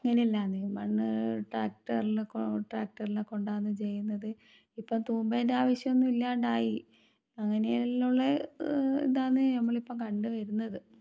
അങ്ങനെ എല്ലാമാണ് മണ്ണ് ട്രാക്ടറിൽ കൊണ്ട് ട്രാക്ടറിൽ കൊണ്ടോകാൻ ചെയ്യുന്നത് ഇപ്പോൾ തൂമ്പയെൻ്റെ ആവശ്യമൊന്നും ഇല്ലാണ്ടായി അങ്ങനെ ഉള്ള ഇതാണ് നമ്മളിപ്പോൾ കണ്ടു വരുന്നത്